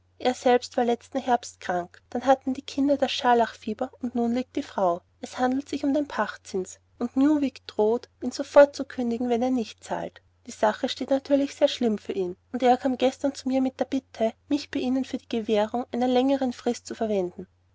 er selbst war letzten herbst krank dann hatten die kinder das scharlachfieber und nun liegt die frau es handelt sich um den pachtzins und newick droht ihm sofort zu kündigen wenn er nicht zahlt die sache steht natürlich sehr schlimm für ihn und er kam gestern zu mir mit der bitte mich bei ihnen für die gewährung einer längern frist zu verwenden